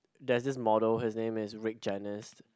there's this model his name is Rick Genest